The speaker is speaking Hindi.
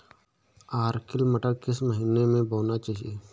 अर्किल मटर किस महीना में बोना चाहिए?